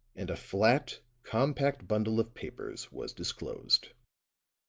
and a flat, compact bundle of papers was disclosed.